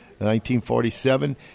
1947